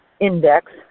index